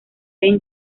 ben